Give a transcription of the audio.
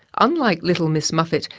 unlike little miss muffet,